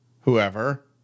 whoever